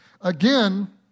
Again